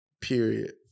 Period